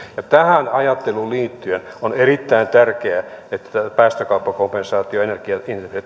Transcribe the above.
tähän ajatteluun liittyen on erittäin tärkeää että päästökauppakompensaatio energiaintensiiviselle